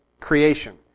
creation